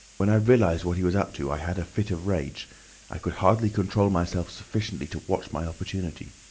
when i realised what he was up to i had a fit of rage i could hardly control myself sufficiently to watch my opportunity.